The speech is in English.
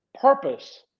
purpose